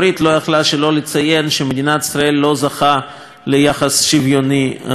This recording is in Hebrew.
לציין שמדינת ישראל לא זוכה ליחס שוויוני באו"ם,